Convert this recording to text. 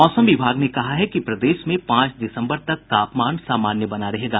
मौसम विभाग ने कहा है कि प्रदेश में पांच दिसम्बर तक तापमान सामान्य बना रहेगा